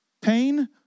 Pain